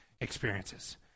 experiences